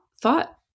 thought